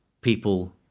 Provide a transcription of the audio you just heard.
people